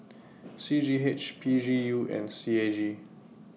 C G H P G U and C A G